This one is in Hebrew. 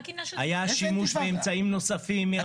היה שימוש באמצעים נוספים.